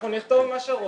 אנחנו נכתוב מה שרוצים.